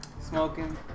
smoking